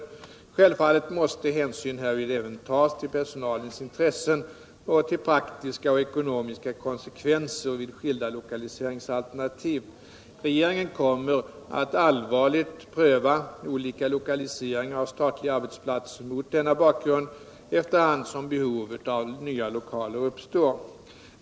Självfallet måste hänsyn härvid även tas till personalens intressen samt till praktiska och ckonomiska konsekvenser vid skilda lokaliseringsalternativ. Regeringen kommer att allvarligt pröva olika lokaliseringar av statliga arbetsplatser mot denna bakgrund efter hand som behov av nya lokaler uppstår.